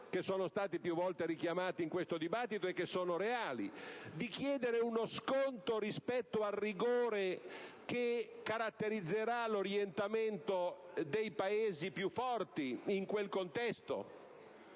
che sono stati più volte richiamati in questo dibattito e che sono reali - rispetto al rigore che caratterizzerà l'orientamento dei Paesi più forti in quel contesto